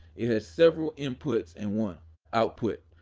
it has several inputs and one output.